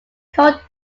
code